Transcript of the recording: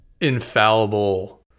infallible